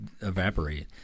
evaporate